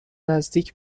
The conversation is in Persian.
نزدیک